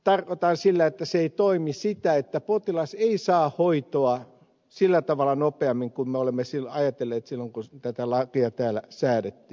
tarkoitan sillä että se ei toimi sitä että potilas ei saa hoitoa sillä tavalla nopeammin kuin me olemme ajatelleet silloin kun tätä lakia täällä säädettiin